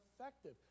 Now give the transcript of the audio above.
effective